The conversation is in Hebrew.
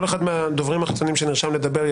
לסדר היום: כל אחד מהדוברים החיצונים שנרשם לדבר,